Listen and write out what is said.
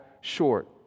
short